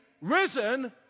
risen